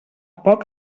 poc